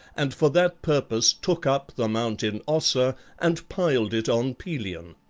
and for that purpose took up the mountain ossa and piled it on pelion.